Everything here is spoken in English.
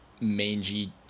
mangy